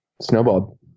snowballed